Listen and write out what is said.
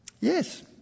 Yes